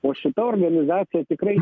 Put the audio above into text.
o šita organizacija tikrai